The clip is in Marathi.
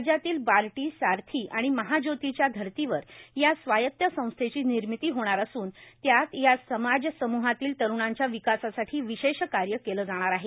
राज्यातील बार्टीए सारथी आणि महाज्योतीच्या धर्तीवर या स्वायत संस्थेची निर्मिती होणार असून त्यात या समाज सम्हातील तरुणांच्या विकासासाठी विशेष कार्य केले जाणार आहे